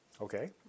Okay